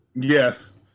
Yes